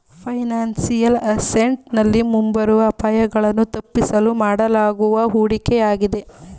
financial asset ನಲ್ಲಿ ಮುಂಬರುವ ಅಪಾಯಗಳನ್ನು ತಪ್ಪಿಸಲು ಮಾಡಲಾಗುವ ಹೂಡಿಕೆಯಾಗಿದೆ